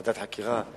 ועדת חקירה.